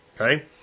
okay